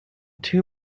two